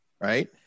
Right